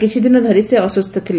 କିଛିଦିନ ଧରି ସେ ଅସୁସ୍ଥ ଥିଲେ